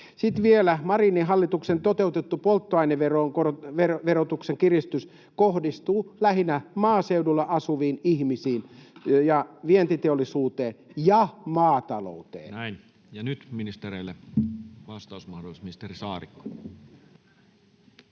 Sitten vielä Marinin hallituksen toteutettu polttoaineverotuksen kiristys kohdistuu lähinnä maaseudulla asuviin ihmisiin ja vientiteollisuuteen ja maatalouteen. Näin, ja nyt ministereille vastausmahdollisuus. — Ministeri Saarikko.